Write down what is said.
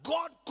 God